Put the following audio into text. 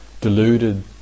deluded